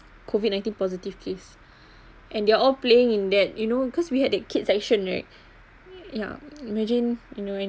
COVID-nineteen positive case and they are all playing in that you know cause we had a kid section right yeah imagine you know when